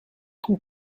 ton